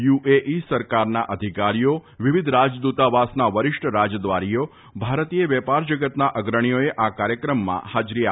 UAE સરકારના અધિકારીઓ વિવિધ રાજદ્દતાવાસના વરિષ્ઠ રાજદ્વારીઓ ભારતીય વેપાર જગતના અગ્રણીઓએ આ કાર્યક્રમમાં ફાજરી આપી ફતી